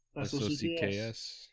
S-O-C-K-S